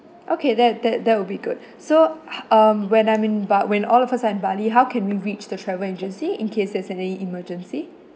okay that that that would be good so um when I'm in ba~ when all of us are in bali how can we reach the travel agency in case there's any emergency